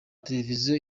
televiziyo